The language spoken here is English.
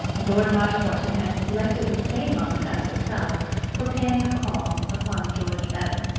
lord marshmoreton had selected the same moment as herself for paying a call upon george bevan.